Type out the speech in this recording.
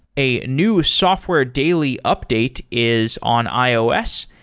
a new software daily update is on ios,